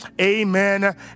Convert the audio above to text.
amen